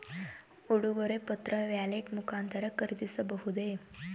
ಉಡುಗೊರೆ ಪತ್ರ ವ್ಯಾಲೆಟ್ ಮುಖಾಂತರ ಖರೀದಿಸಬಹುದೇ?